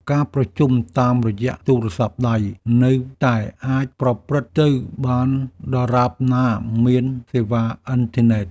ការប្រជុំតាមរយៈទូរស័ព្ទដៃ នៅតែអាចប្រព្រឹត្តទៅបានដរាបណាមានសេវាអ៊ីនធឺណិត។